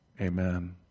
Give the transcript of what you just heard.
Amen